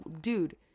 dude